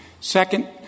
Second